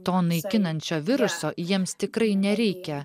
to naikinančio viruso jiems tikrai nereikia